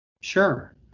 Sure